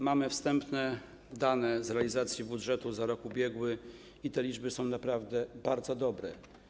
Mamy wstępne dane z realizacji budżetu za rok ubiegły i te liczby są naprawdę bardzo dobre.